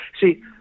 See